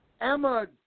Emma